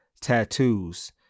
tattoos